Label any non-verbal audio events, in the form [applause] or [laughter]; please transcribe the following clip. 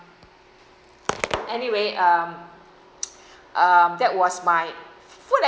[noise] anyway um um that was my food and